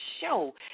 show